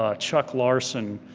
ah chuck larsen,